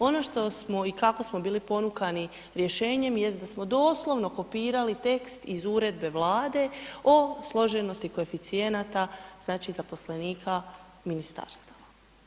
Ono što smo i kako smo bili ponukani rješenjem jest da smo doslovno kopirali tekst iz uredbe Vlade o složenosti koeficijenata znači zaposlenika ministarstava.